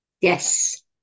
yes